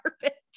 garbage